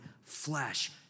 flesh